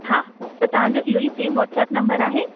हा त तव्हांजो इहेई सेम वाट्सअप नम्बर आहे